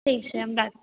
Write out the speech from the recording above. ठीक छै हम राखै